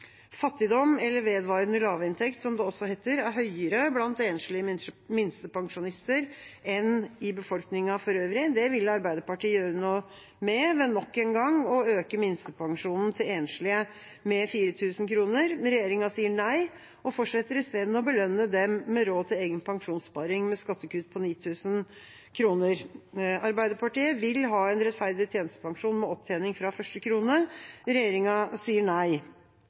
Fattigdom, eller vedvarende lavinntekt, som det også heter, er høyere blant enslige minstepensjonister enn i befolkningen for øvrig. Det vil Arbeiderpartiet gjøre noe med ved nok en gang å øke minstepensjonen til enslige med 4 000 kr, men regjeringa sier nei og fortsetter å belønne dem som har råd til egen pensjonssparing, med skattekutt på 9 000 kr. Arbeiderpartiet vil ha en rettferdig tjenestepensjon med opptjening fra første krone. Regjeringa sier nei.